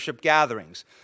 gatherings